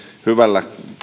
hyvällä